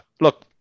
look